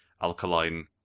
alkaline